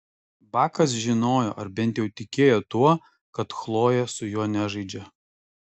bakas žinojo ar bent jau tikėjo tuo kad chlojė su juo nežaidžia